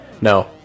No